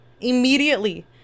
immediately